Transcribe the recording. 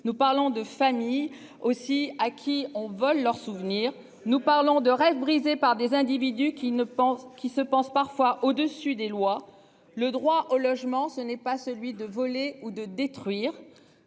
nous parlons de famille aussi, à qui on vole leur souvenir, nous parlons de rêves brisés par des individus qui ne pensent qu'ils se pensent parfois au-dessus des lois. Le droit au logement, ce n'est pas celui de voler ou de détruire.